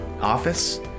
office